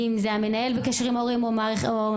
אם המנהל בקשר עם ההורים או המחנכת,